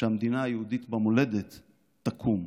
שהמדינה היהודית במולדת תקום.